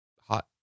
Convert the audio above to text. Hot